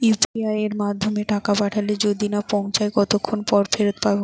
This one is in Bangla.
ইউ.পি.আই য়ের মাধ্যমে টাকা পাঠালে যদি না পৌছায় কতক্ষন পর ফেরত হবে?